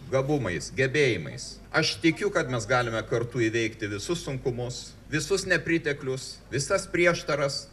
gabumais gebėjimais aš tikiu kad mes galime kartu įveikti visus sunkumus visus nepriteklius visas prieštaras